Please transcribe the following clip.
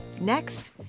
next